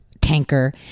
tanker